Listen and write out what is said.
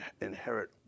inherit